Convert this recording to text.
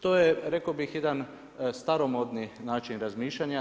To je, rekao bih jedan staromodni način razmišljanja.